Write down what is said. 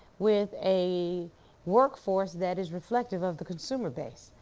with a workforce that is reflective of the consumer base.